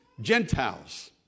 Gentiles